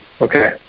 Okay